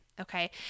Okay